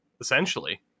essentially